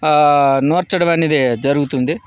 ఆ నూర్చడం అనేది జరుగుతుంది